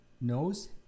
knows